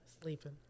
sleeping